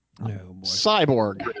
Cyborg